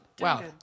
Wow